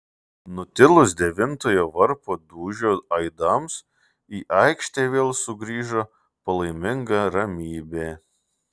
nutilus devintojo varpo dūžio aidams į aikštę vėl sugrįžo palaiminga ramybė